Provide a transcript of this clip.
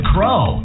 Crow